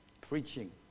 preaching